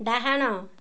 ଡାହାଣ